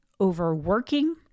overworking